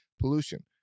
pollution